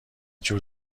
جور